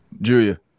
Julia